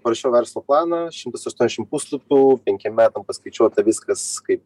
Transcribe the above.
parašiau verslo planą šimtas aštuoniasdešim puslapių penkiem metam paskaičiuota viskas kaip